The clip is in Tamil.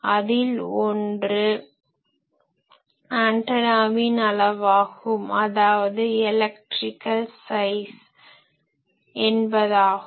அதில் ஒன்று ஆன்டனாவின் அளவாகும் அதாவது எலக்ட்ரிக்கல் சைஸ் electrical size மின் அளவு என்பதாகும்